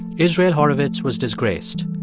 israel horovitz was disgraced,